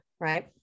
Right